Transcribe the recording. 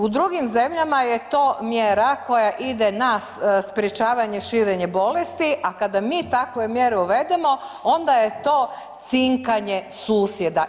U drugim zemljama je to mjera koja ide na sprječavanje širenja bolesti, a kada mi takve mjere uvedemo onda je to cinkanje susjeda.